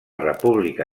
república